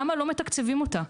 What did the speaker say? למה לא מתקצבים אותה?